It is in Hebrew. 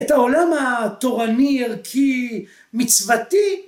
את העולם התורני ערכי מצוותי.